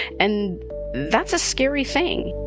and that's a scary thing